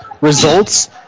results